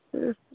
हँ